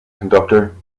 conductor